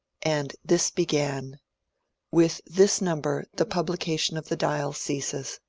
and this began with this number the publication of the dial ceases.